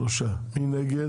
נגד